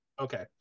Okay